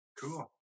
cool